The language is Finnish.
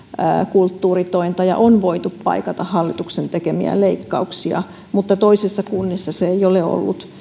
kulttuuritointa ja on voitu paikata hallituksen tekemiä leikkauksia mutta toisissa kunnissa se ei ole ollut